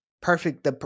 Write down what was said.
Perfect